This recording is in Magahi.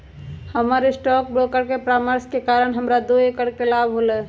हमर स्टॉक ब्रोकर के परामर्श के कारण हमरा दो करोड़ के लाभ होलय